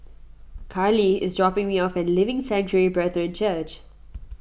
Carlee is dropping me off at Living Sanctuary Brethren Church